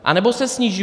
Anebo se snižují.